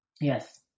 yes